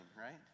right